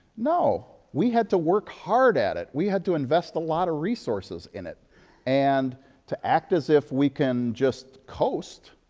no. we had to work hard at it. we had to invest a lot of resources in it and to act as if we can just coast,